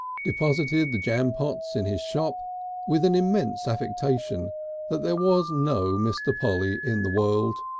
deposited the jampots in his shop with an immense affectation that there was no mr. polly in the world,